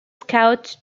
scout